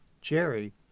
Jerry